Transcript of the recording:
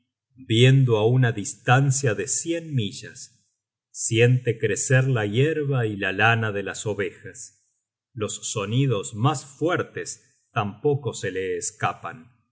viendo á una distancia de cien millas siente crecer la yerba y la lana de las ovejas los sonidos mas fuertes tampoco se le escapan